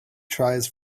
tries